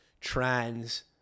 trans